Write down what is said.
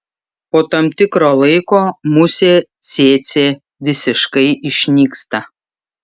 po tam tikro laiko musė cėcė visiškai išnyksta